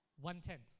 One-tenth